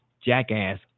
jackass